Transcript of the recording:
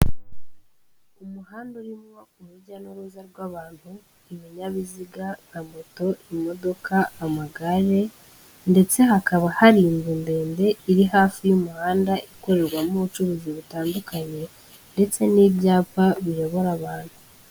Umuhanda urimo urujya n'uruza rw'abantu, ibinyabiziga nka moto, imodoka, amagare ndetse hakaba hari inzu ndende iri hafi y'umuhanda, ikorerwamo ubucuruzi butandukanye ndetse n'ibyapa biyobora abantu.